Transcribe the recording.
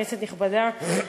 כנסת נכבדה,